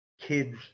kids